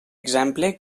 exemple